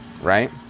right